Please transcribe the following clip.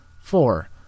Four